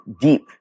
deep